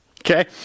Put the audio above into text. Okay